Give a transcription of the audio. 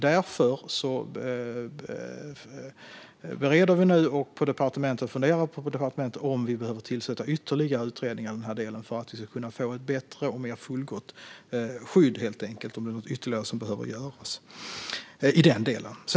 Därför bereder vi nu detta på departementet och funderar på om vi behöver tillsätta ytterligare utredningar i denna del för att man ska kunna få ett bättre och mer fullgott skydd. Vi funderar på om det är något ytterligare som behöver göras i den delen.